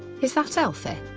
is that healthy?